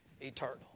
eternal